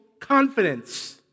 confidence